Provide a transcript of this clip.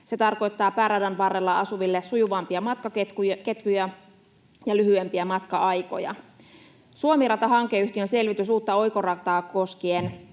Se tarkoittaa pääradan varrella asuville sujuvampia matkaketjuja ja lyhyempiä matka-aikoja. Suomi-rata-hankeyhtiön selvitys uutta oikorataa koskien